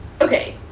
okay